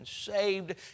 saved